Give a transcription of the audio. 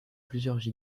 plusieurs